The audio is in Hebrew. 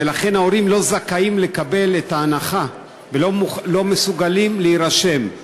ולכן ההורים לא זכאים לקבל את ההנחה ולא מסוגלים להירשם.